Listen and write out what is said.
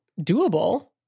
doable